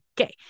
Okay